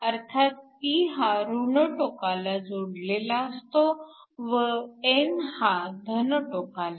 अर्थात p हा ऋण टोकाला जोडलेला असतो व n हा धन टोकाला